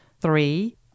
Three